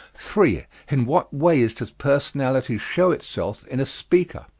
three. in what ways does personality show itself in a speaker?